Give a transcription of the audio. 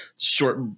short